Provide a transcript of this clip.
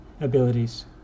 abilities